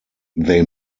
they